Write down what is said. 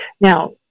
now